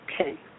Okay